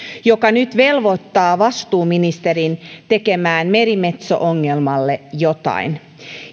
joka nyt velvoittaa vastuuministerin tekemään merimetso ongelmalle jotain